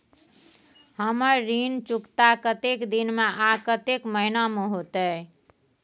हमर ऋण चुकता कतेक दिन में आ कतेक महीना में होतै?